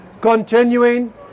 continuing